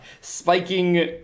spiking